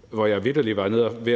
stolen, da jeg hørte, at